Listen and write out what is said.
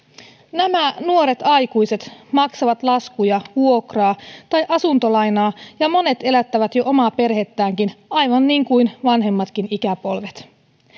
nämä nuoret aikuiset maksavat laskuja vuokraa tai asuntolainaa ja monet elättävät jo omaa perhettäänkin aivan niin kuin vanhemmatkin ikäpolvet